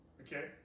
okay